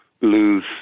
lose